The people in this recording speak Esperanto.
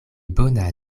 bona